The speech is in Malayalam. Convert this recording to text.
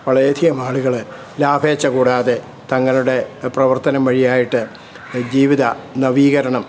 വളരെയധികം ആളുകൾ ലാഭേച്ഛ കൂടാതെ തങ്ങളുടെ പ്രവർത്തനം വഴിയായിട്ട് ജീവിത നവീകരണം